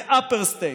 זה upper state,